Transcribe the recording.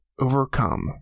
overcome